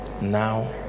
now